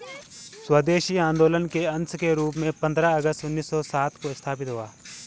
स्वदेशी आंदोलन के अंश के रूप में पंद्रह अगस्त उन्नीस सौ सात को स्थापित हुआ